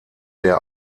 der